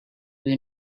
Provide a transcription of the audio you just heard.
you